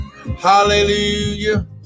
Hallelujah